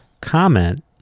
comment